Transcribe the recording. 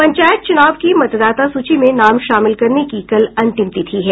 पंचायत चुनाव की मतदाता सूची में नाम शामिल करने की कल अंतिम तिथि है